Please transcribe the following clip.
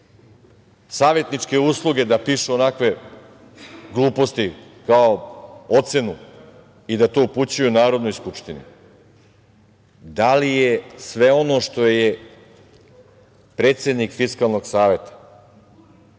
savetničke usluge, da pišu onakve gluposti kao ocenu i da to upućuje Narodnoj skupštini. Da li je sve ono što je predsednik Fiskalnog saveta